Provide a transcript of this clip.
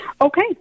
Okay